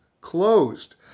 closed